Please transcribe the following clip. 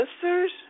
sisters